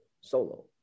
solo